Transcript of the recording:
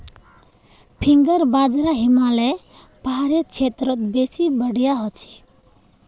finger बाजरा हिमालय पहाड़ेर क्षेत्रत बेसी बढ़िया हछेक